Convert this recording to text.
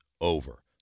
over